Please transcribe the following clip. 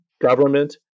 government